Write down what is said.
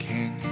King